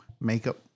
Makeup